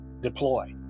deploy